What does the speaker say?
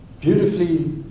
beautifully